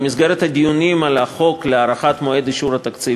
במסגרת הדיונים על החוק לדחיית מועד אישור התקציב